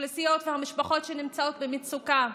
האוכלוסיות והמשפחות שנמצאות במצוקה,